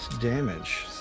damage